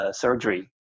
surgery